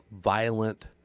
violent